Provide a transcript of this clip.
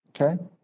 okay